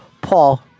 Paul